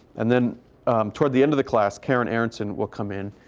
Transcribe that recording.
and then toward the end of the class, karen arenson will come in.